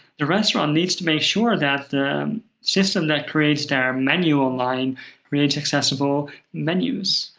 the restaurant needs to make sure that the system that creates their menu online creates accessible menus.